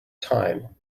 time